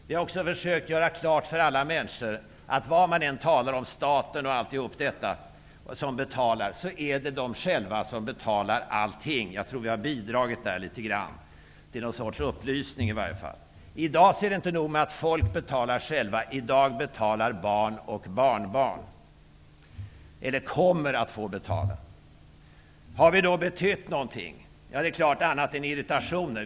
Vi har också försökt att göra klart för alla människor att när det talas om att det är staten som betalar, är det människorna själva som betalar allting -- det tror jag att vi har bidragit litet grand till att klargöra, åtminstone till någon sorts upplysning. I dag är det inte nog med att människor själva betalar. I dag betalar barn och barnbarn, eller rättare sagt: kommer att få betala. Har vi då betytt någonting annat än irritationer?